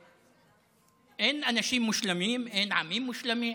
אין אנשים מושלמים, אין עמים מושלמים,